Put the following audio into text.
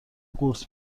قورت